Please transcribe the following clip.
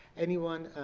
anyone?